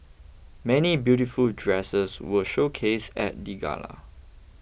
many beautiful dresses were showcased at the gala